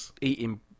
eating